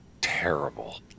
terrible